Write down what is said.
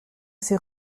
ses